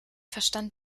verstand